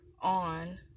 on